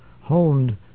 honed